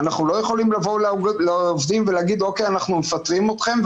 אנחנו לא יכולים לבוא לעובדים ולומר: אנחנו מפטרים אתכם,